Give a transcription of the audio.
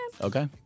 Okay